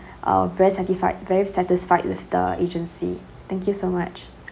uh very satisfied very satisfied with the agency thank you so much